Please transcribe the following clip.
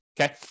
Okay